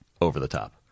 over-the-top